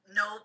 no